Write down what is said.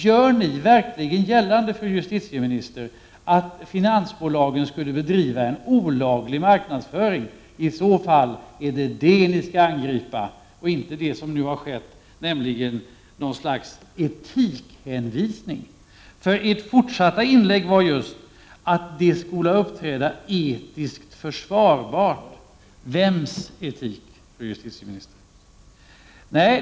Gör ni verkligen gällande, fru justitieminister, att finansbolagen skulle bedriva en olaglig marknadsföring? I så fall är det detta ni skall angripa och inte göra som nu, att hänvisa till något slags etik. Det fortsatta inlägget gick nämligen ut på att finansbolagen skola uppträda etiskt försvarbart. Enligt vems etik, fru justitieminister?